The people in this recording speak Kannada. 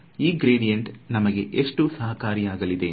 ಈ ಗ್ರೇಡಿಯಂಟ್ ನಮಗೆ ಎಷ್ಟು ಸಹಕಾರಿಯಾಗಲಿದೆ ಎಂದು